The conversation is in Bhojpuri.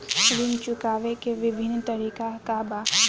ऋण चुकावे के विभिन्न तरीका का बा?